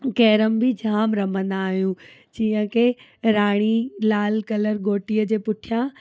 carrom बि जाम रमंदा आहियूं जीअं कि राणी लाल कलर गोटीअ जे पुठियां